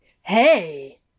Hey